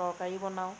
তৰকাৰি বনাওঁ